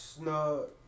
No